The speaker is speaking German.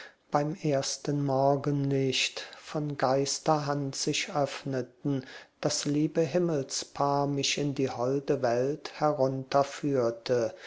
beim ersten morgenlicht von geisterhand sich öffneten das liebe himmelspaar mich in die holde welt